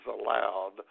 allowed